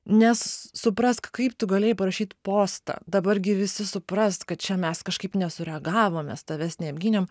nes suprask kaip tu galėjai parašyt postą dabar gi visi supras kad čia mes kažkaip nesureagavom mes tavęs neapgynėm